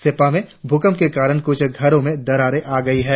सेप्पा में भूकंप के कारण कुछ घरों में दरारे आ गई है